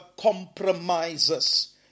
compromisers